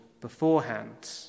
beforehand